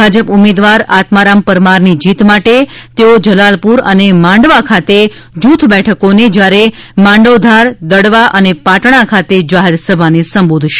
ભાજપ ઉમેદવાર આત્મારામ પરમારની જીત માટે તેઓ જલાલપુર અને માંડવા ખાતે જૂથ બેઠકોને જ્યારે માંડવધાર દડવા અને પાટણા ખાતે જાહેરસભાને સંબોધશે